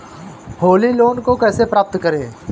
Holi loan को कैसे प्राप्त करें?